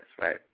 right